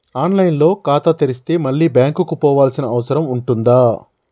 On line లో ఖాతా తెరిస్తే మళ్ళీ బ్యాంకుకు పోవాల్సిన అవసరం ఉంటుందా?